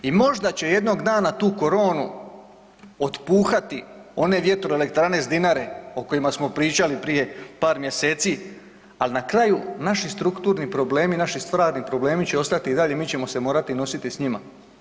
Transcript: I možda će jednog dana tu koronu otpuhati one vjetroelektrane s Dinare o kojima smo pričali prije par mjeseci ali na kraju naši strukturni problemi, naši stvarni problemi će ostati i dalje i mi ćemo se morati nositi s njima.